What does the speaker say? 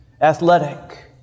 athletic